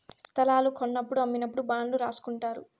స్తలాలు కొన్నప్పుడు అమ్మినప్పుడు బాండ్లు రాసుకుంటారు